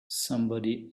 somebody